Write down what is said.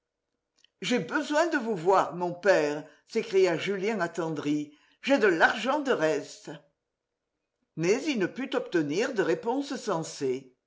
j'ai besoin de vous voir mon père s'écria julien attendri j'ai de l'argent de reste mais il ne put plus obtenir de réponse sensée